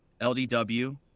LDW